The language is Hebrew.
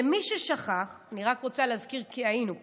למי ששכח, אני רק רוצה להזכיר, כי היינו פה,